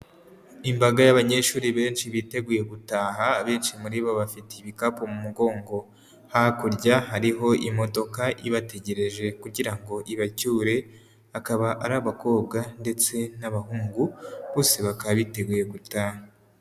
Imbaga y'abanyeshuri benshi biteguye gutaha, benshi muri bo bafite ibikapu mu mugongo. Hakurya hariho imodoka ibategereje kugira ngo ibacyure, akaba ari abakobwa ndetse n'abahungu bose bakaba biteguye gutaha.